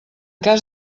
cas